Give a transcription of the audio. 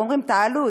ואומרים: תעלו,